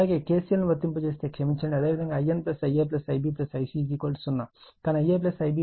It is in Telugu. అలాగే KCL ను వర్తింపజేస్తే క్షమించండి అదేవిధంగా In Ia Ib Ic 0 కానీ Ia Ib Ic విలువ 0 కి సమానం